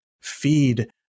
feed